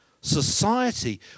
Society